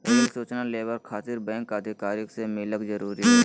Rail सूचना labour खातिर bank अधिकारी से मिलक जरूरी है?